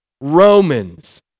Romans